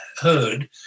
heard